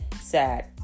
sad